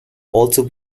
also